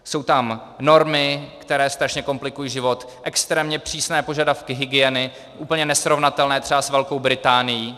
Jsou tam normy, které strašně komplikují život, extrémně přísné požadavky hygieny, úplně nesrovnatelné třeba s Velkou Británií.